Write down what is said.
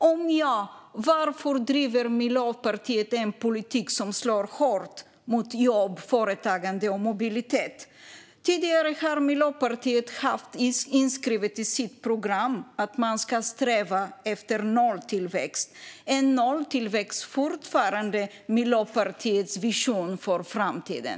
Om ja, varför driver Miljöpartiet den politik som slår hårt mot jobb, företagande och mobilitet? Tidigare har Miljöpartiet haft inskrivet i sitt program att man ska sträva efter nolltillväxt. Är nolltillväxt fortfarande Miljöpartiets vision för framtiden?